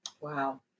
Wow